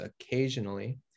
occasionally